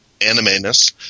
anime-ness